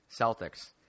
Celtics